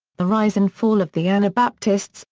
the rise and fall of the anabaptists,